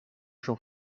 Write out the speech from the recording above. schon